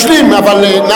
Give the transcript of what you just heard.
תשלים, אבל, תשלים.